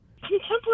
Contemporary